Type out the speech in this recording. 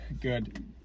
Good